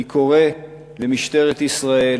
אני קורא למשטרת ישראל